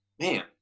man